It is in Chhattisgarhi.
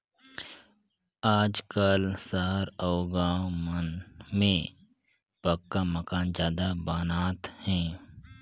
आजकाल सहर अउ गाँव मन में पक्का मकान जादा बनात हे